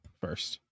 first